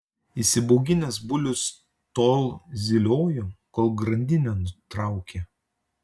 įsibauginęs bulius tol zyliojo kol grandinę nutraukė